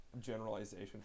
generalization